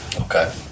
Okay